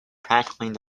practically